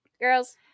girls